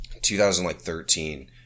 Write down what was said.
2013